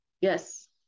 yes